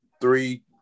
three